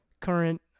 current